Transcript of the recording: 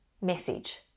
message